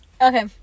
okay